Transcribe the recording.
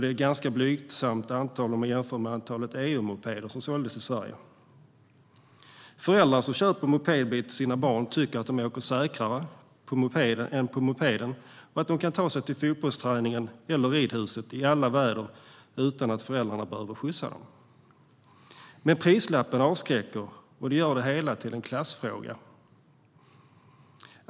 Det är ett ganska blygsamt antal om man jämför med antalet EUmopeder som såldes. Föräldrar som köper mopedbil till sina barn tycker att de åker säkrare än på mopeden och att de kan ta sig till fotbollsträningen eller ridhuset i alla väder utan att föräldrarna behöver skjutsa dem. Men prislappen avskräcker och gör det hela till en klassfråga.